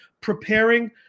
preparing